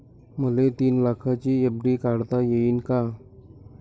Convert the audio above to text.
मले तीन लाखाची एफ.डी काढता येईन का?